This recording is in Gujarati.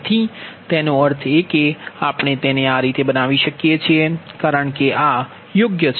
તેથી તેનો અર્થ એ કે આપણે તેને આ રીતે બનાવી શકીએ છીએ કારણ કે આ યોગ્ય છે